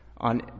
On